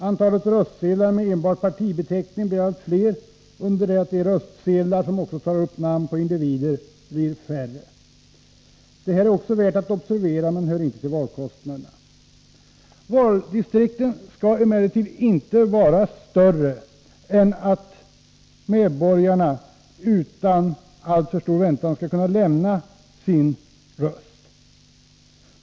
Antalet röstsedlar med enbart partibeteckning blir allt fler, under det att de röstsedlar som också tar upp namn på individer blir färre. Även detta är värt att observera, även om det inte hör till valkostnaderna. Valdistrikten skall inte vara större än att medborgarna utan alltför stor väntan skall kunna lämna sin röst.